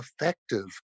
effective